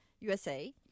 USA